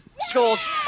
scores